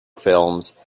films